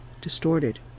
distorted